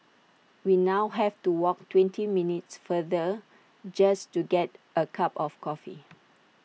we now have to walk twenty minutes farther just to get A cup of coffee